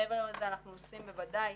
מעבר לזה אנחנו עושים בוודאי